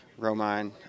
Romine